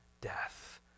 death